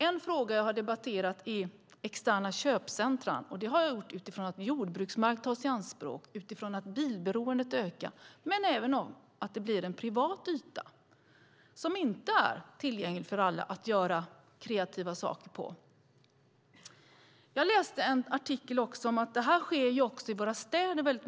En fråga som jag har debatterat är externa köpcentrum, och det har jag gjort utifrån att jordbruksmark tas i anspråk och utifrån att bilberoendet ökar. Men det handlar även om att det blir en privat yta som inte är tillgänglig för alla att göra kreativa saker på. Jag läste en artikel om att det här också sker mycket i våra städer.